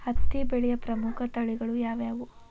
ಹತ್ತಿ ಬೆಳೆಯ ಪ್ರಮುಖ ತಳಿಗಳು ಯಾವ್ಯಾವು?